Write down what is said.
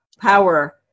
power